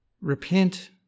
Repent